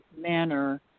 manner